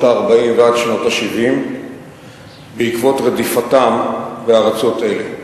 ה-40 ועד שנות ה-70 בעקבות רדיפתם בארצות אלה.